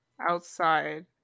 outside